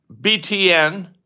BTN